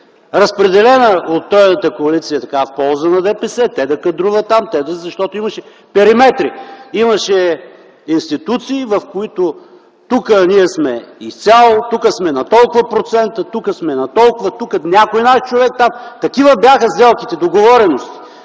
разпределена от тройната коалиция в полза на ДПС, те да кадруват там. Защото имаше параметри, имаше институции, в които - тук ние сме изцяло, тук сме на толкова процента, тук сме на толкова, а тук някой - наш човек. Такива бяха сделките, договореностите.